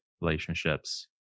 relationships